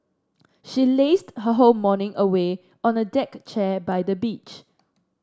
she lazed her whole morning away on a deck chair by the beach